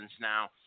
now